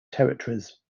territories